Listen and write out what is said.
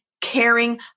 caring